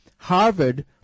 Harvard